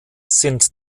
sind